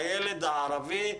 הילד הערבי,